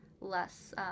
less